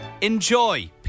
Enjoy